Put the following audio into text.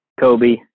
Kobe